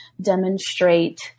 demonstrate